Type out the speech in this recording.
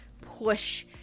push